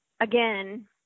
again